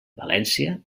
valència